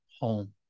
home